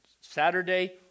Saturday